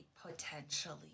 potentially